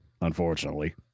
Unfortunately